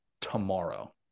tomorrow